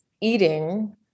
eating